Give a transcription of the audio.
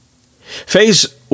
Phase